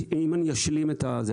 אשלים את זה.